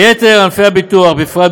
ביתר ענפי הביטוח בפרט,